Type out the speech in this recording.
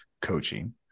coaching